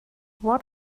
what